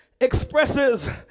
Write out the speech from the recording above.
expresses